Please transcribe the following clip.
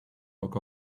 look